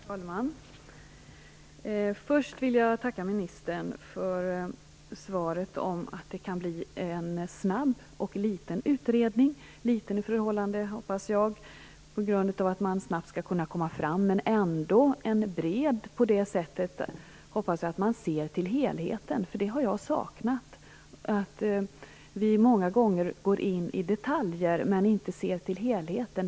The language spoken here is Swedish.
Fru talman! Först vill jag tacka ministern för hennes besked om att det kan bli en snabb och liten utredning. Jag hoppas att den blir liten så att man snabbt skall kunna nå ett resultat men att den ändå blir så pass bred att man ser till helheten. Det har jag saknat. Vi går många gånger in i detaljer men ser inte till helheten.